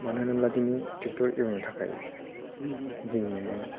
मानो होनोब्ला दिनै ट्रेक्टर एवनो थाखाय दिनैनो